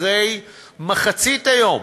אחרי מחצית היום